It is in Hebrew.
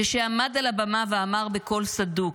כשעמד על הבמה ואמר בקול סדוק: